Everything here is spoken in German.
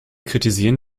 kritisieren